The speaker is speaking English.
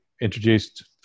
introduced